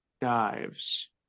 dives